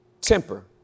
temper